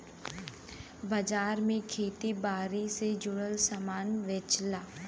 बाजार में खेती बारी से जुड़ल सामान बेचला